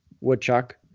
woodchuck